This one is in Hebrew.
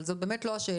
אבל זו באמת לא השאלה.